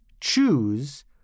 choose